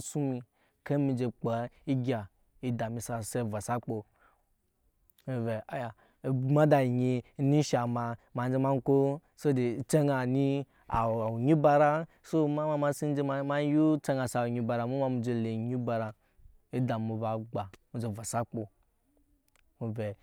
suŋ mi ker mi je kpaa egya eda emi sa je vɔsa akpi na emi vɛ aya amada onyi eni shaŋ. ma ama je ma ko sobo de ocɛŋa ni awe onyi baraŋ so ama ma ema sin je ema yu ocɛŋ sa we onyi bara ema ma ma je lee onyi bara ema ma maje lee onyi bara eda mu ba gba mu je vɔsa akpo nu vɛ.